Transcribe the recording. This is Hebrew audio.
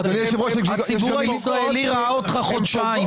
הציבור הישראלי ראה אותך חודשיים.